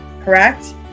correct